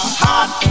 hot